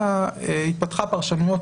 בפסיקה של בתי הדין לעבודה התפתחו פרשנויות